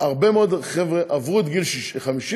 הרבה מאוד חבר'ה עברו את גיל 50,